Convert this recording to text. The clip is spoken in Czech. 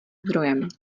zdrojem